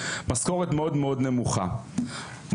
משכורת נמוכה מאוד.